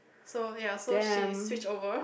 so ya so she switched over